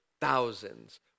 thousands